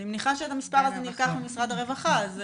אני מניחה שהמספר הזה נלקח ממשרד הרווחה.